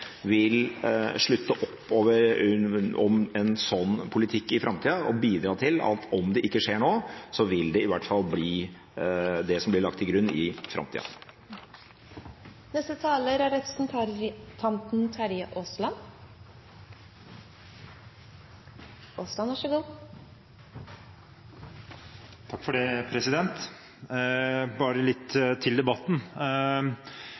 vil slutte opp om en slik politikk i framtida og bidra til at om det ikke skjer nå, så vil det i hvert fall bli det som blir lagt til grunn i framtida.